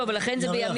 לא, אבל לכן זה בימים.